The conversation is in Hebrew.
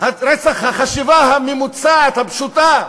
רצח החשיבה הממוצעת, הפשוטה.